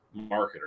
marketer